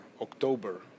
October